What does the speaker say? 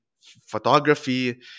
photography